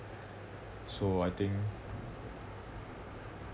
so I think